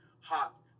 hot